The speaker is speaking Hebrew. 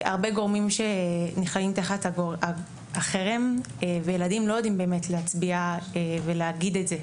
הרבה גורמים שנכנסים תחת חרם וילדים לא יודעים להצביע ולהגיד את זה.